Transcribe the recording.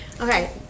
Okay